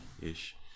Ish